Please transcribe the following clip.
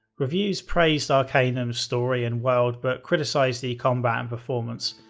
reviews praised arcanum's story and world, but criticized the combat and performance.